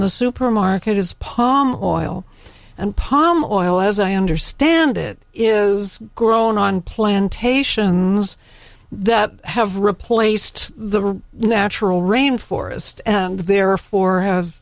the supermarket is pong oil and palm oil as i understand it is grown on plantations that have replaced the natural rain forest and therefore have